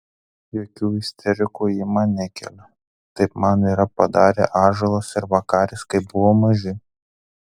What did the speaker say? jokių isterikų ji man nekelia taip man yra padarę ąžuolas ir vakaris kai buvo maži